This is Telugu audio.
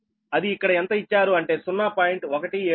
అది ఇక్కడ ఎంత ఇచ్చారు అంటే 0